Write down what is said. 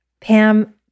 Pam